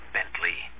Bentley